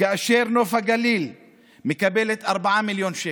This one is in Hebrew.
כאשר נוף הגליל מקבלת 4 מיליון שקל,